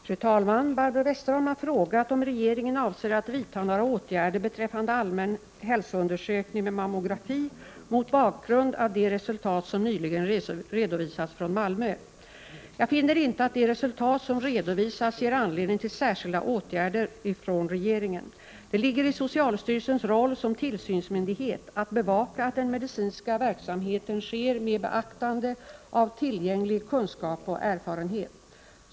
Fru talman! Barbro Westerholm har frågat om regeringen avser att vidta några åtgärder beträffande allmän hälsoundersökning med mammografi mot bakgrund av de resultat som nyligen redovisats från Malmö. Jag finner inte att de resultat som redovisats ger anledning till särskilda åtgärder från regeringen. Det ligger i socialstyrelsens roll som tillsynsmyndighet att bevaka att den medicinska verksamheten sker med beaktande av tillgänglig kunskap och erfarenhet.